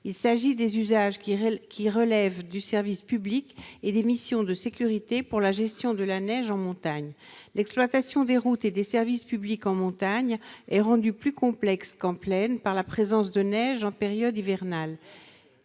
Il s'agit des usages qui relèvent du service public et des missions de sécurité pour la gestion de la neige en montagne. L'exploitation des routes et des services publics est rendue plus complexe en montagne qu'en plaine par la présence de neige en période hivernale.